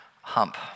hump